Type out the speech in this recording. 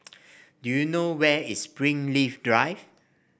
do you know where is Springleaf Drive